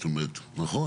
זאת אומרת, נכון?